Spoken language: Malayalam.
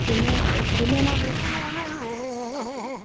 പിന്നെ പിന്നെ എന്നാ ഉണ്ട് മിസ്സേ ആ ശരി